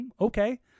Okay